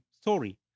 story